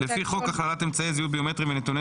לפי חוק הכללת אמצעי זיהוי ביומטריים ונתוני